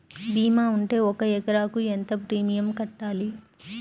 భీమా ఉంటే ఒక ఎకరాకు ఎంత ప్రీమియం కట్టాలి?